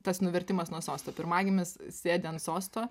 tas nuvertimas nuo sosto pirmagimis sėdi ant sosto